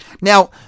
Now